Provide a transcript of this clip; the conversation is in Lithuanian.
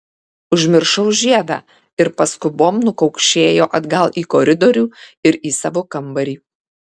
užmiršau žiedą ir paskubom nukaukšėjo atgal į koridorių ir į savo kambarį